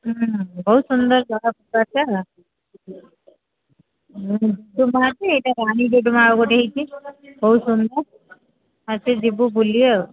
ହୁଁ ବହୁତ ସୁନ୍ଦର ଜାଗା ସବୁ ଆସିବା ହେଲା ହୁଁ ଡୁଡ଼ୁମା ଅଛି ଏଇଟା ରାଣୀ ଡୁଡ଼ୁମା ଆଉ ଗୋଟିଏ ହୋଇଛି ବହୁତ ସୁନ୍ଦର ଆସ ଯିବୁ ବୁଲି ଆଉ